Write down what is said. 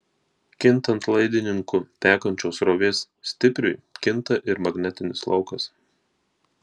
kintant laidininku tekančios srovės stipriui kinta ir magnetinis laukas